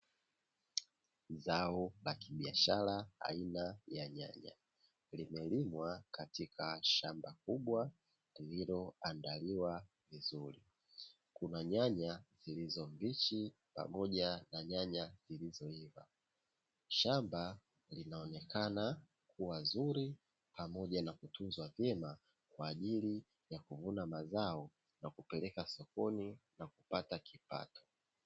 Zao la kibiashara aina ya nyanya limelimwa katika shamba kubwa lililoandaliwa vizuri, kuna nyanya zilizombichi pamoja na nyanya zilizoiva. Shamba linaonekana kuwa zuri pamoja na kutunzwa vema kwa ajili ya kuvuna mazao nakupeleka sokoni na kupata kipato.